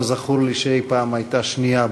לא זכור לי שהיא אי-פעם הייתה שנייה בדוברים.